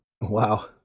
Wow